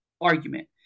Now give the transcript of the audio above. argument